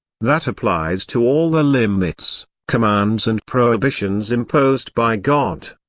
that applies to all the limits, commands and prohibitions imposed by god.